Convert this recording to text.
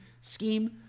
scheme